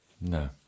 No